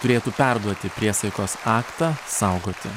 turėtų perduoti priesaikos aktą saugoti